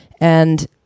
And-